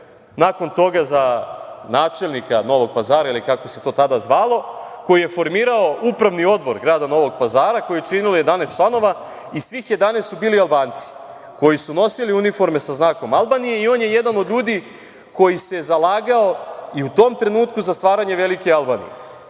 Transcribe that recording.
nakon toga za načelnika Novog Pazara ili kako se to tada zvalo, koji je formirao upravni odbor grada Novog Pazara, koji je činilo 11 članova i svih 11 su bili Albanci koji su nosili uniforme sa znakom Albanije i on je jedan od ljudi koji se zalagao i u tom trenutku za stvaranje velike Albanije. Takođe,